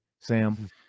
Sam